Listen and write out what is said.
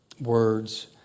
words